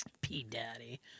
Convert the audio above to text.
P-Daddy